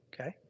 okay